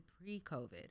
pre-COVID